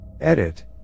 Edit